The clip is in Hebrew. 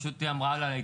לא, לא.